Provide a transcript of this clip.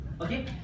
Okay